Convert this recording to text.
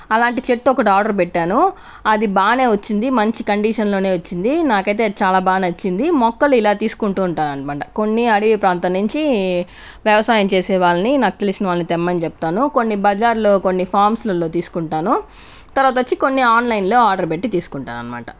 అలాంటి చెట్టొకటి ఆర్డర్ పెట్టాను అది బాగానే వచ్చింది మంచి కండిషన్ లోనే వచ్చింది నాకైతే చాలా బా నచ్చింది మొక్కలు ఇలా తీసుకుంటు ఉంటారన్మాట కొన్నీ అడవి ప్రాంతం నించి వ్యవసాయం చేసే వాల్ని నాకు తెలిసిన వాల్ని తెమ్మని చెప్తాను కొన్ని బజార్లో కొన్ని ఫామ్స్ లలో తీస్కుంటాను తర్వాతొచ్చి కొన్ని ఆన్లైన్ లో ఆర్డర్ పెట్టి తీసుకుంటానన్మాట